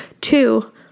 Two